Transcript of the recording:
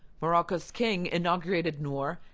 morocco's king inaugurated noor,